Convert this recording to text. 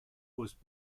was